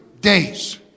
days